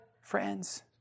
Friends